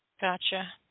Gotcha